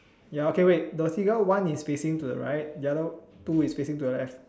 ya okay wait the seagull one is facing to the right the other two is facing to the left